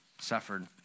suffered